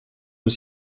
nos